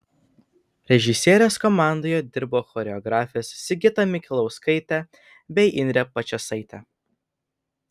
režisierės komandoje dirbo choreografės sigita mikalauskaitė bei indrė pačėsaitė